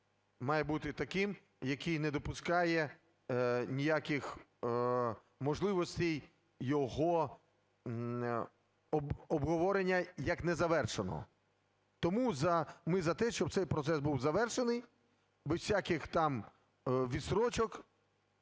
має бути таким, який не допускає ніяких можливостей його обговорення як незавершеного. Тому ми за те, щоб цей процес був завершений, без усяких там відстрочок,